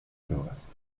drogas